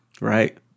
Right